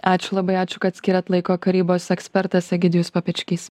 ačiū labai ačiū kad skyrėt laiko karybos ekspertas egidijus papečkys